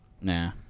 Nah